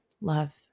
love